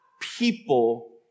People